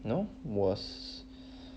no worse